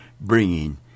bringing